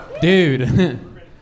Dude